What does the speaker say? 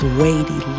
weighty